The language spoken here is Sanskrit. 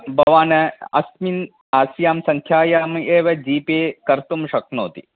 भवान् अस्मिन् अस्यां सङ्ख्यायाम् एव जीपे कर्तुं शक्नोति